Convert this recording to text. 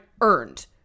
earned